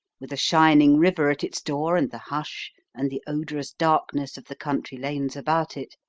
with a shining river at its door and the hush and the odorous darkness of the country lanes about it,